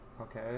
Okay